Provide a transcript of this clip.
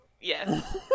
yes